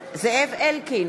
זאב אלקין,